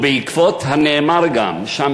ובעקבות הנאמר גם שם,